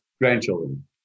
grandchildren